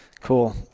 cool